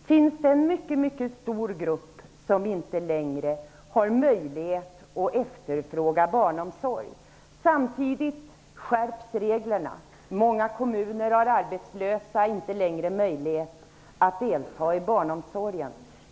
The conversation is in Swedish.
Det finns en mycket stor grupp som inte längre har möjlighet att efterfråga barnomsorg. Samtidigt skärps reglerna. I många kommuner har arbetslösa inte längre möjlighet att utnyttja barnomsorgen.